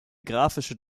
graphische